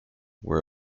were